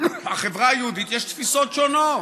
החברה היהודית, יש תפיסות שונות,